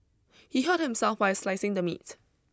he hurt himself while slicing the meat